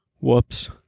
Whoops